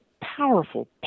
powerful